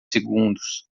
segundos